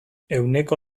ehuneko